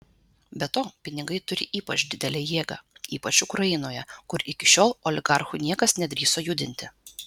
be to pinigai turi ypač didelę jėgą ypač ukrainoje kur iki šiol oligarchų niekas nedrįso judinti